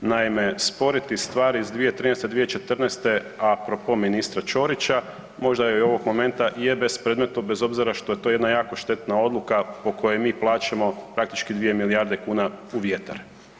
Naime, sporiti stvari iz 2013.-2014. apropo ministra Ćorića, možda je ovo … [[Govornik se ne razumije]] i je bespredmetno bez obzira što je to jedna jako štetna odluka po kojoj mi plaćamo praktički 2 milijarde kuna u vjetar.